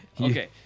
Okay